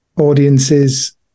audiences